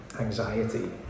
anxiety